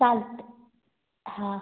चालतं हां